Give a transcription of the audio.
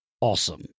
awesome